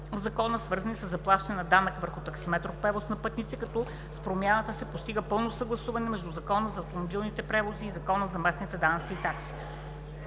Закона, свързани със заплащане на данък върху таксиметров превоз на пътници, като с промяната се постига пълно съгласуване между Закона за автомобилните превози и Закона за местните данъци и такси.